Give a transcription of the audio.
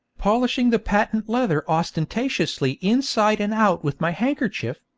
polishing the patent leather ostentatiously inside and out with my handkerchief,